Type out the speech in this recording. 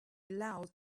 loud